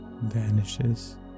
vanishes